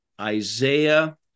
Isaiah